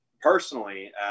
personally